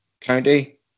county